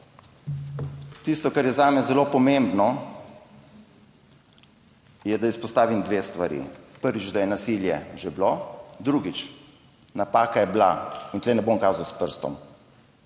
Tisto, kar je zame zelo pomembno, je, da izpostavim dve stvari. Prvič, da je nasilje že bilo, drugič, napaka je bila, in tu ne bom kazal s prstom,